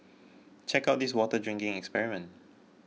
check out this water drinking experiment